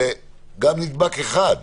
זה גם נדבק אחד.